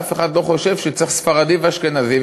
ואף אחד לא חושב שצריך ספרדי ואשכנזי,